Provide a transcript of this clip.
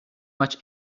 much